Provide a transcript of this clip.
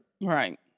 right